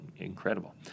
incredible